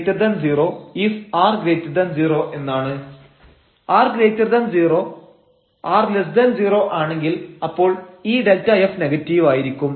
r0 r0 ആണെങ്കിൽ അപ്പോൾ ഈ Δf നെഗറ്റീവായിരിക്കും